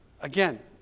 again